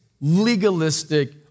legalistic